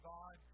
God